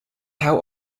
how